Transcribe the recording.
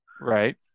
Right